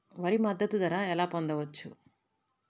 వరి మద్దతు ధర ఎలా పొందవచ్చు?